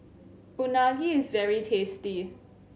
unagi is very tasty